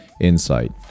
insight